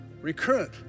recurrent